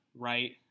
Right